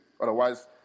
Otherwise